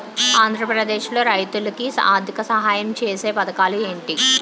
ఆంధ్రప్రదేశ్ లో రైతులు కి ఆర్థిక సాయం ఛేసే పథకాలు ఏంటి?